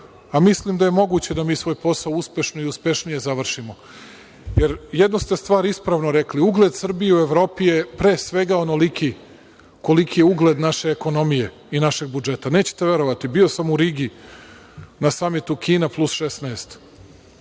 Mislim da je moguće da mi svoj posao uspešno i uspešnije završimo. Jer, jednu ste stvar ispravno rekli, ugled Srbije u Evropi je pre svega onoliki koliki je ugled naše ekonomije i našeg budžeta. Nećete verovati, bio sam u Rigi, na samitu Kina plus 16,